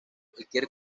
cualquier